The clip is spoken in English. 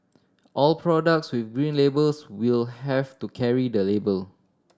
all products with Green Labels will have to carry the label